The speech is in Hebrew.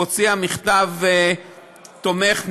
והוציאה מכתב תומך,